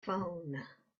phone